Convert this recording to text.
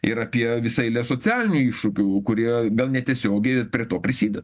ir apie visą eilę socialinių iššūkių kurie gal netiesiogiai ir prie to prisideda